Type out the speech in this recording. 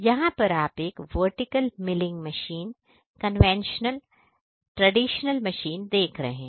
यहां पर आप एक vertical milling machine conventional traditional machine देख सकते हैं